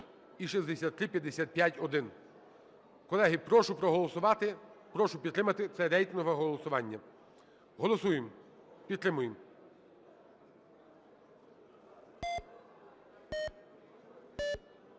Колеги, прошу проголосувати. Прошу підтримати, це рейтингове голосування. Голосуємо. Підтримуємо.